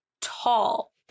tall